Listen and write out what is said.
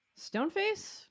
Stoneface